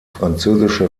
französische